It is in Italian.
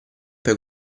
poi